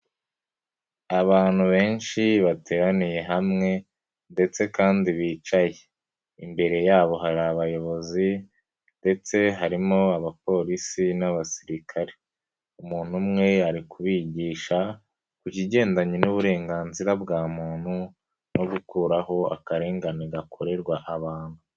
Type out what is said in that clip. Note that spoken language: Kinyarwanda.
Abantu benshi bateraniye hamwe ndetse kandi bicaye. Imbere yabo hari abayobozi ndetse harimo abapolisi n'abasirikare. Umuntu umwe ari kubigisha ku kigendanye n'uburenganzira bwa muntu no gukuraho akarengane gakorerwa abantu.